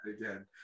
again